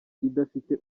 idafite